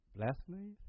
blasphemies